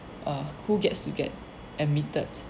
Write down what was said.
err who gets to get admitted